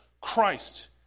Christ